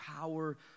power